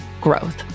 growth